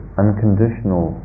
unconditional